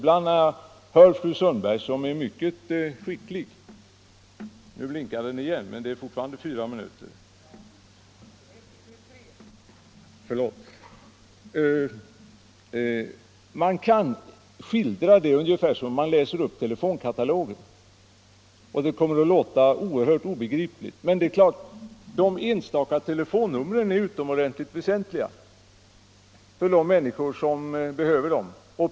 Man kan skildra behörighetssystemet ungefär som om man läser upp telefonkatalogen — dvs. det kommer att låta erhört obegripligt, även om det är klart att de enstaka telefonnumren är utomordentligt väsentliga för de människor som behöver dem.